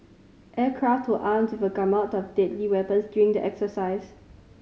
aircraft were armed with a gamut of deadly weapons during the exercise